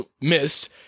missed